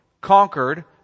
conquered